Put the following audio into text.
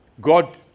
God